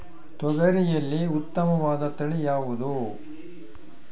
ತೊಗರಿಯಲ್ಲಿ ಉತ್ತಮವಾದ ತಳಿ ಯಾವುದು?